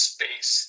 Space